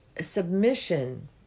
submission